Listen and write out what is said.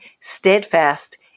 steadfast